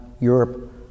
Europe